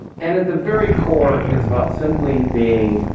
and, at the very core, it's about simply being